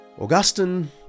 Augustine